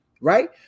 right